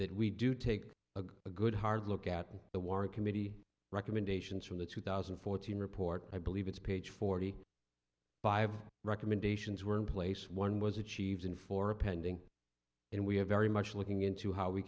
that we do take a good hard look at the war committee recommendations from the two thousand and fourteen report i believe it's page forty five recommendations were in place one was achieved in four appending and we have very much looking into how we